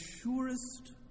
surest